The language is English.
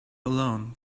alone